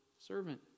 servant